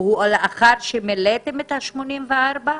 לאחר שמילאתם את ה-84?